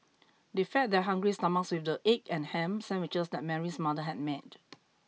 they fed their hungry stomachs with the egg and ham sandwiches that Mary's mother had made